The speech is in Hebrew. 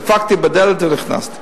דפקתי בדלת ונכנסתי.